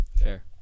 Fair